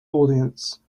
audience